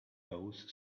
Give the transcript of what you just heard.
both